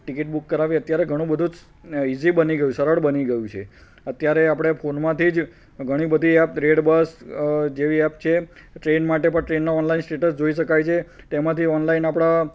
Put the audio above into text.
ticket book કરાવવી અત્યારે ઘણું બધુ ઈજી બની ગયું સરળ બની ગયું છે અત્યારે આપણે ફોનમાંથી જ ઘણી બધી એપ રેડબસ જેવી એપ છે ટ્રેન માટે પણ ટ્રેનનાં ઓનલાઇન સ્ટેટસ જોઈ શકાય છે તેમાંથી ઓનલાઇન આપણાં